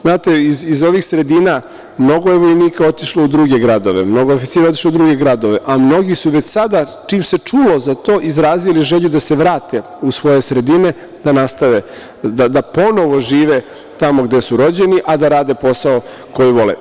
Znate, iz ovih sredina mnogo je vojnika otišlo u druge gradove, mnogo je oficira otišlo u druge gradove, a mnogi su već sada, čim se čulo za to, izrazili želju da se vrate u svoje sredine, da ponovo žive tamo gde su rođeni, a da rade posao koji vole.